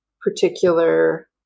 particular